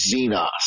Xenos